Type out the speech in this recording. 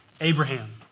Abraham